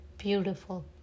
Beautiful